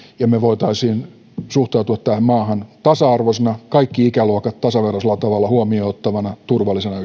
ja me voisimme suhtautua tähän maahan tasa arvoisena kaikki ikäluokat tasaveroisella tavalla huomioon ottavana turvallisena